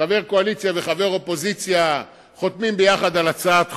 כשחבר קואליציה וחבר אופוזיציה חותמים יחד על הצעת חוק,